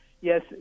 Yes